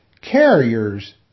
carriers